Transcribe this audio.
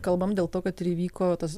kalbam dėl to kad ir įvyko tas